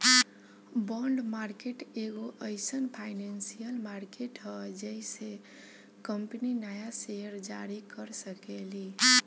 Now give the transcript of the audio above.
bond market एगो एईसन financial market ह जेइसे कंपनी न्या सेयर जारी कर सकेली